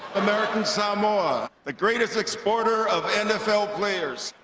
american samoa the greatest exporter of n f l. players.